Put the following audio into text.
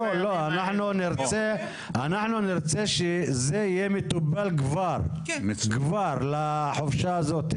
אנחנו נרצה שזה יהיה מטופל כבר לחופשה הזאת.